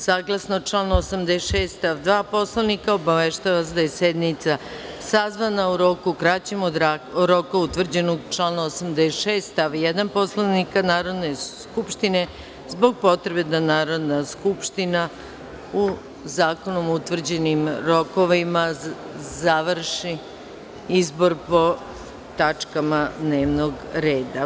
Saglasno članu 86. stav 2. Poslovnika Narodne skupštine, obaveštavam vas da je sednica sazvana u roku kraćem od roka utvrđenog u članu 86. stav 1. Poslovnika Narodne skupštine, zbog potrebe da Narodna skupština u zakonom utvrđenim rokovima završi izbor po tačkama dnevnog reda.